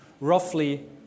roughly